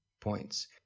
points